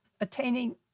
attaining